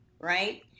Right